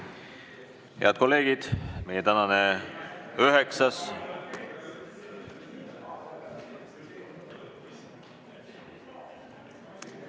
Head kolleegid! Meie tänane üheksas